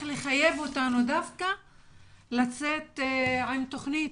לחייב אותנו דווקא לצאת עם תוכנית,